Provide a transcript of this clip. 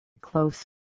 Close